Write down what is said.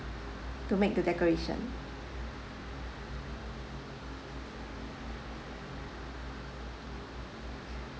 to make the decoration